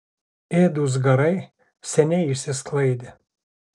ėdūs garai seniai išsisklaidė